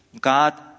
God